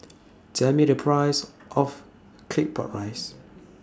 Tell Me The Price of Claypot Rice